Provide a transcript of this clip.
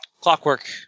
Clockwork